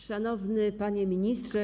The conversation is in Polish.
Szanowny Panie Ministrze!